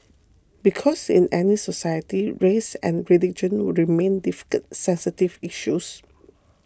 because in any society race and religion remain difficult sensitive issues